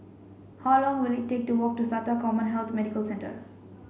how long will it take to walk to SATA CommHealth Medical Centre